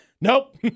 Nope